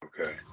Okay